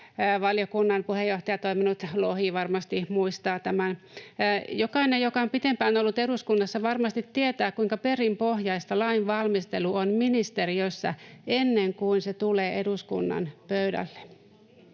valiokunnan puheenjohtajana toiminut Lohi varmasti muistaa tämän. Jokainen, joka on pidempään ollut eduskunnassa, varmasti tietää, kuinka perinpohjaista lainvalmistelu on ministeriössä ennen kuin se tulee eduskunnan pöydälle.